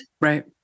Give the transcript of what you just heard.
Right